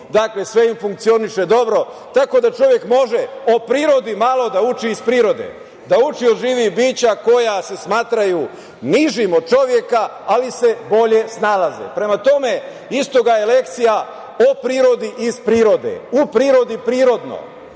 linijom, sve im funkcioniše dobro. Tako da, čovek može o prirodi malo da uči iz prirode, da uči od živih bića koja se smatraju nižim od čoveka, ali se bolje snalaze. Prema tome, iz toga je lekcija o prirodi iz prirode, u prirodi prirodno.